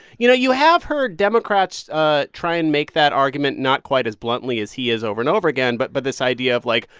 you know, you have heard democrats ah try and make that argument not quite as bluntly as he is over and over again, but but this idea of, like,